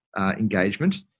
engagement